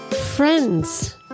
Friends